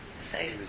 say